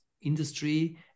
industry